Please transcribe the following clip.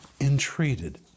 entreated